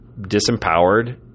disempowered